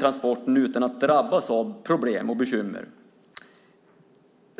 transport utan att drabbas av problem och bekymmer.